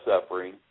suffering